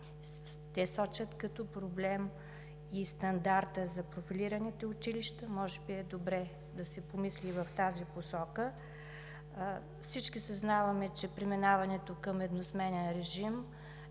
те сочат като проблем и стандарта за профилираните училища – може би е добре да се помисли и в тази посока. Всички съзнаваме, че преминаването към едносменен режим